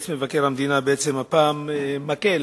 בעצם הפעם הוא נועץ מקל